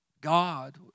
God